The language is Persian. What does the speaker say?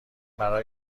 برات